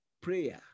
prayer